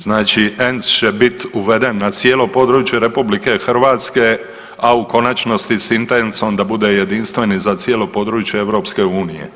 Znači ENC će biti uveden na cijelo područje RH, a u konačnici s intencom da bude jedinstven i za cijelo područje EU.